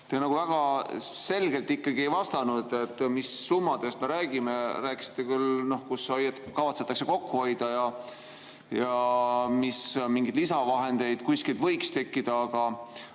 Te väga selgelt ikkagi ei vastanud, mis summadest me räägime. Te rääkisite küll, kus kavatsetakse kokku hoida ja et mingeid lisavahendeid võiks tekkida. Aga